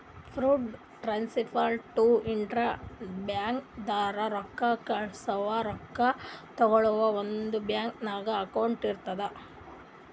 fund transfer to intra bank ಅಂದುರ್ ರೊಕ್ಕಾ ಕಳ್ಸವಾ ರೊಕ್ಕಾ ತಗೊಳವ್ ಒಂದೇ ಬ್ಯಾಂಕ್ ನಾಗ್ ಅಕೌಂಟ್ ಇರ್ತುದ್